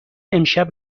امشب